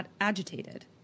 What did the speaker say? agitated